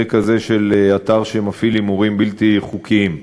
כזה של אתר שמפעיל הימורים בלתי חוקיים.